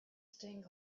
stained